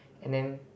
and then